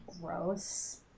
Gross